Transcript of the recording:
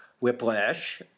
Whiplash